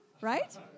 right